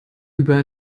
über